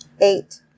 Eight